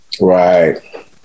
Right